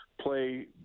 play